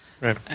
Right